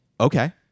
okay